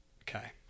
Okay